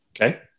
okay